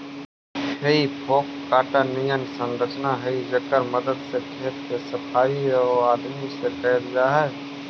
हेइ फोक काँटा निअन संरचना हई जेकर मदद से खेत के सफाई वआदमी से कैल जा हई